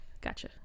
Gotcha